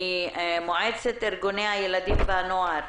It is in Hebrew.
מר שלומי קסטרו ממועצת ארגוני הילדים והנוער.